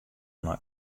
nei